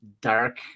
dark